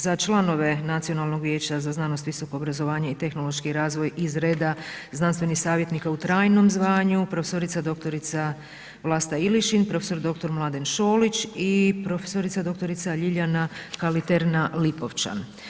Za članove Nacionalnog vijeća za znanost, visoko obrazovanje i tehnološki razvoj iz reda znanstvenih savjetnika u trajnom zvanju prof.dr. Vlasta Ilišin, prof.dr. Mladen Šolić i prof.dr. Ljiljana Kaliterna Lipovčan.